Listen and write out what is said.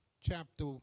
chapter